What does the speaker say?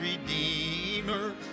Redeemer